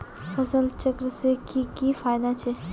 फसल चक्र से की की फायदा छे?